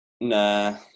Nah